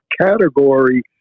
category